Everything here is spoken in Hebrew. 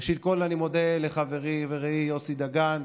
ראשית כול, אני מודה לחברי ורעי יוסי דגן,